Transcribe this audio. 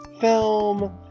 film